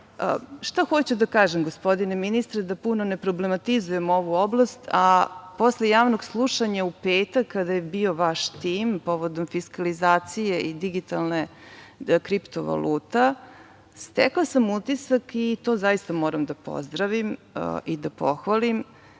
hoću da kažem, gospodine ministre, da puno ne problematizujem ovu oblast? Posle javnog slušanja, u petak, kada je bio vaš tim povodom fiskalizacije i digitalne kripto valute stekla sam utisak, i to zaista moram da pozdravim i da pohvalim,